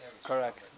correct